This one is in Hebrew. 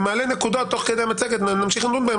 אני מעלה נקודה תוך כדי המצגת ונמשיך לדון בזה,